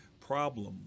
problem